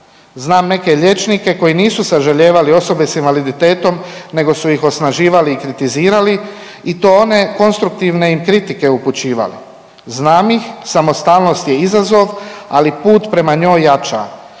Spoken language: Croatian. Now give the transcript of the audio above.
Znam neke liječnike koji nisu sažalijevali osobe s invaliditetom nego su ih osnaživali i kritizirali i to one konstruktivne im kritike upućivali. Znam ih, samostalnost je izazov, ali put prema njoj jača